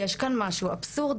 יש כאן משהו אבסורדי,